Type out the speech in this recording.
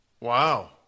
Wow